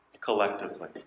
collectively